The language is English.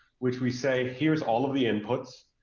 which we say, here's all of the inputs,